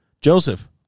Joseph